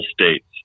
states